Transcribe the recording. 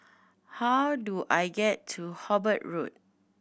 how do I get to Hobart Road